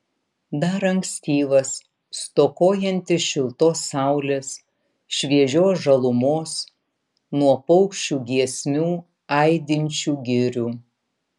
dar ankstyvas stokojantis šiltos saulės šviežios žalumos nuo paukščių giesmių aidinčių girių